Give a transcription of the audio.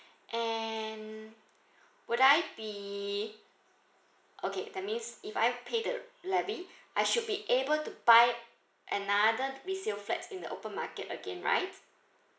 and would I be okay that means if I paid the levy I should be able to buy another resale flats in the open market again right